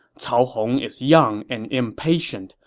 cao hong is young and impatient,